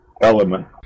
element